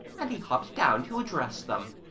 and he hopped down to address them.